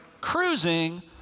cruising